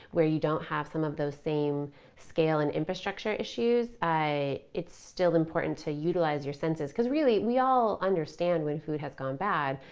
where you don't have some of those same scale and infrastructure issues, it's still important to utilize your senses because really we all understand when food has gone bad,